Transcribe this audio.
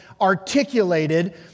articulated